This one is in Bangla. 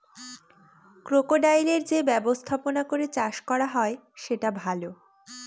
ক্রোকোডাইলের যে ব্যবস্থাপনা করে চাষ করা হয় সেটা ভালো